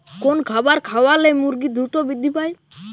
কোন খাবার খাওয়ালে মুরগি দ্রুত বৃদ্ধি পায়?